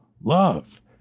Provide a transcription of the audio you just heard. love